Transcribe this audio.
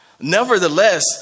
Nevertheless